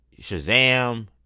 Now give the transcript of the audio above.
shazam